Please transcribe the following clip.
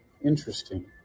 Interesting